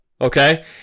Okay